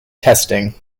testing